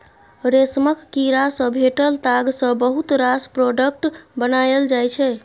रेशमक कीड़ा सँ भेटल ताग सँ बहुत रास प्रोडक्ट बनाएल जाइ छै